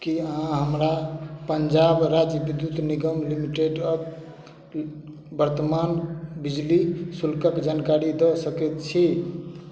की अहाँ हमरा पंजाब राज्य विद्युत निगम लिमिटेडक वर्तमान बिजली शुल्कक जानकारी दऽ सकैत छी